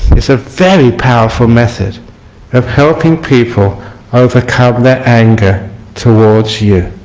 it's a very powerful method of helping people overcome their anger towards you.